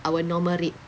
our normal rate